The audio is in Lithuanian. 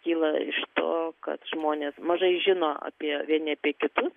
kyla iš to kad žmonės mažai žino apie vieni apie kitus